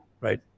right